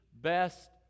best